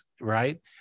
Right